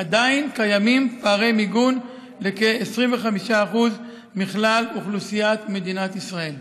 עדיין קיימים פערי מיגון לכ-25% מכלל אוכלוסיית מדינת ישראל.